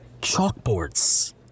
chalkboards